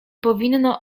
powinno